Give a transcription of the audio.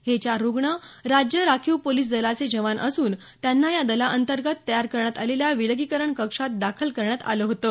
हे चार रुग्ण राज्य राखीव पोलिस दलाचे जवान असून त्यांना या दलाअंतर्गत तयार करण्यात आलेल्या विलगीकरण कक्षात दाखल करण्यात आलं होतं